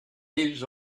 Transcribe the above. his